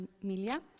Familia